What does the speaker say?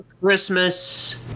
Christmas